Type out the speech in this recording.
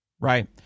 right